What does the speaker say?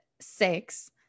six